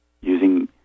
using